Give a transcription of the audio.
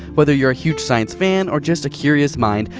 whether you're a huge science fan, or just a curious mind,